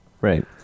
Right